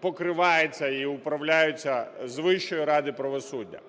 покривається і управляється з Вищої ради правосуддя.